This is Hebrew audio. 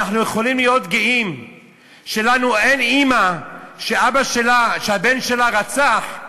אנחנו יכולים להיות גאים שלנו אין אימא שהבן שלה רצח,